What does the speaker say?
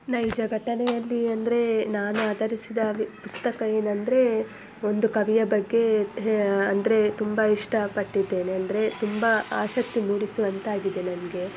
ನೈಜ ಘಟನೆಯಲ್ಲಿ ಅಂದರೆ ನಾನು ಆಧರಿಸಿದ ಪುಸ್ತಕ ಏನು ಅಂದರೆ ಒಂದು ಕವಿಯ ಬಗ್ಗೆ ಅಂದರೆ ತುಂಬ ಇಷ್ಟಪಟ್ಟಿದ್ದೇನೆ ಅಂದರೆ ತುಂಬ ಆಸಕ್ತಿ ಮೂಡಿಸುವಂತಾಗಿದೆ ನನಗೆ